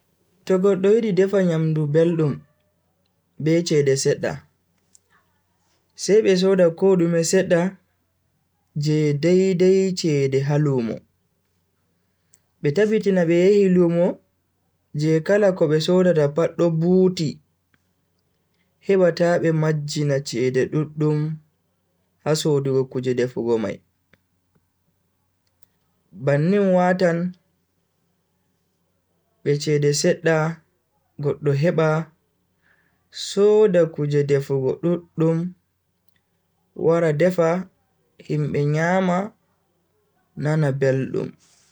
To goddo yidi defa nyamdu beldum be cede sedda, sai be soda kodume sedda je dai-dai chede ha lumo, be tabbitina be yahi lumo je kala ko be sodata pat do buuti heba ta be majjina chede duddum ha sodugo kuje defugo mai. bannin watan be chede sedda goddo heba soda kuje defugo duddum wara defa himbe nyama nana beldum.